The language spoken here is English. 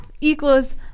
equals